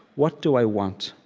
what do i want?